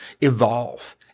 evolve